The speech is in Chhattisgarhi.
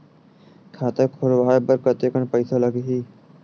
खाता खुलवाय बर कतेकन पईसा लगही?